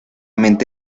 mente